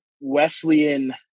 Wesleyan